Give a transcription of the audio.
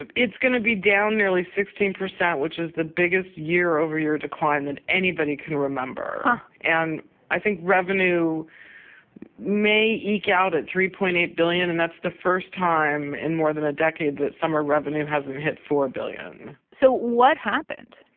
ah it's going to be down nearly sixteen percent, which is the biggest year over year decline that anybody can remember, and i think revenue may eke out a and three point eight billion, and that's the first time in and more than a decade that summer revenue hasn't hit four billion. so what happened?